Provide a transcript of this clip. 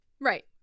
Right